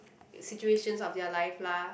situations of their life lah